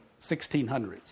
1600s